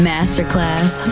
Masterclass